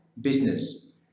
business